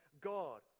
God